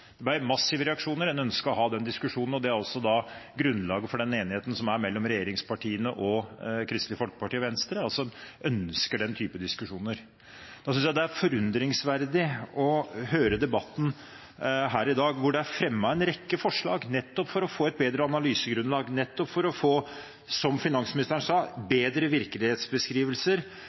Det ble massive reaksjoner, en ønsket å ha den diskusjonen, og det er også grunnlaget for den enigheten som er mellom regjeringspartiene og Kristelig Folkeparti og Venstre – altså: En ønsker den type diskusjoner. Så synes jeg det er forundringsverdig å høre debatten her i dag, hvor det er fremmet en rekke forslag, nettopp for å få et bedre analysegrunnlag, nettopp for å få – som finansministeren sa